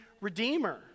redeemer